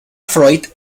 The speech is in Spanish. freud